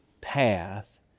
path